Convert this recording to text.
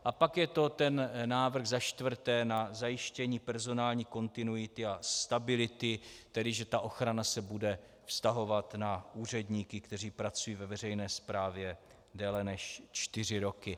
A pak je to návrh, za čtvrté, na zajištění personální kontinuity a stability, tedy že ochrana se bude vztahovat na úředníky, kteří pracují ve veřejné správě déle než čtyři roky.